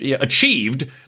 achieved